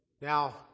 Now